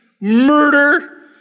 murder